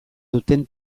duten